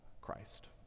Christ